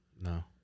No